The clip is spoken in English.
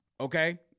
okay